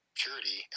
purity